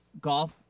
golf